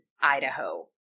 Idaho